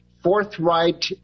forthright